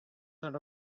third